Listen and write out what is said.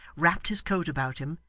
wrapped his coat about him,